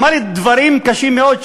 ואמר דברים קשים מאוד,